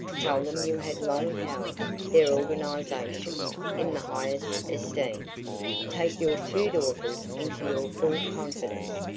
tell them you had long held their organization in the highest esteem. take your two daughters into your full confidence.